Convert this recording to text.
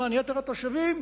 למען יתר התושבים,